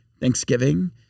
Thanksgiving